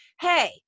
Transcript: hey